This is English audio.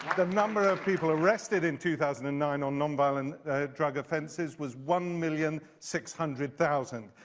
the number of people arrested in two thousand and nine on nonviolent drug offenses was one million, six hunderd thousand.